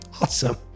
Awesome